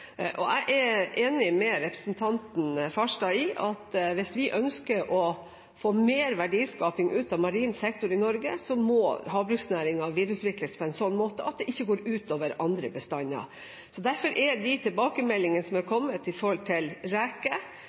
Jeg er enig med representanten Farstad i at hvis vi ønsker å få mer verdiskaping ut av marin sektor i Norge, må havbruksnæringen videreutvikles på en slik måte at det ikke går ut over andre bestander. Derfor må de tilbakemeldingene som er kommet